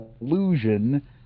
illusion